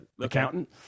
accountant